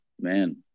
Man